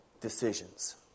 decisions